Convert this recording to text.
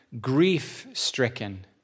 grief-stricken